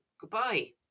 Goodbye